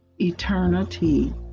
eternity